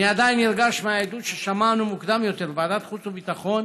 אני עדיין נרגש מהעדות ששמענו מוקדם יותר בוועדת החוץ והביטחון